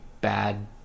bad